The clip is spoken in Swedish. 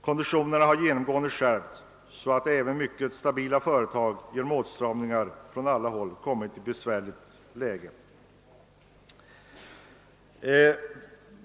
Konditionerna har genomgående skärpts så att även mycket stabila företag genom åtstramningar från alla håll kommit i ett besvärligt läge.